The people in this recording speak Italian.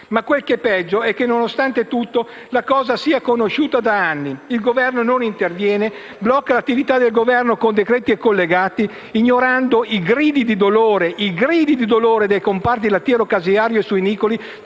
Ma quel che è peggio è che, nonostante la cosa sia conosciuta da anni, il Governo non interviene, blocca l'attività del Parlamento con decreti e collegati, ignorando le grida di dolore dei comparti lattiero caseario e suinicolo,